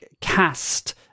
cast